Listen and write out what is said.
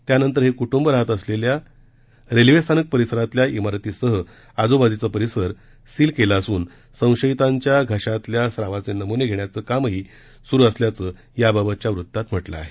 त्यानंतर हे क्टुंब राहात असलेल्या रेल्वे स्थानक परिसरातल्या इमारतीसह आजूबाजूचा परिसर सील करण्यात आला असून संशयितांचे घशातल्या स्रावाचे नम्ने घेण्याचं कामही स्रू करण्यात आलं असल्याचं याबाबतच्या वृतात म्हटलं आहे